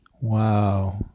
Wow